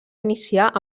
iniciar